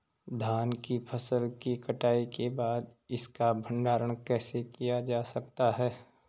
धान की फसल की कटाई के बाद इसका भंडारण कैसे किया जा सकता है?